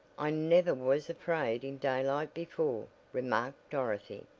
i never was afraid in daylight before, remarked dorothy,